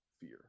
fear